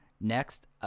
next